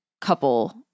couple